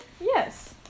Yes